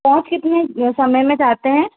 पहुंच कितने समय में जाते हैं